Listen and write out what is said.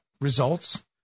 results